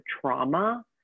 trauma